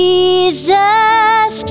Jesus